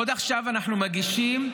עוד עכשיו אנחנו מגישים,